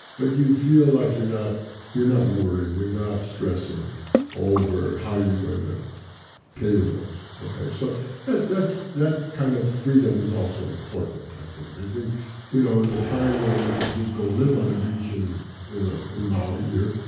but you feel like you're not you're not worried, you're not stressing over how you're going to pay the bills. okay? so but that kind of freedom is also important i think i think you know in the time where we could just go live on a beach in in maui, here,